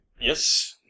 Yes